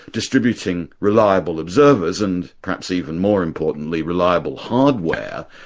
distributing reliable observers and, perhaps even more importantly, reliable hardware,